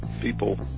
People